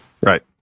Right